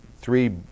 three